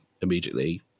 immediately